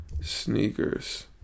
sneakers